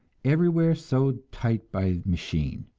everywhere sewed tight by machine.